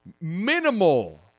minimal